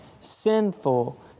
sinful